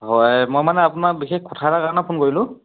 হয় মই মানে আপোনাক বিশেষ কথা এটাৰ কাৰণে ফোন কৰিলোঁ